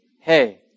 Hey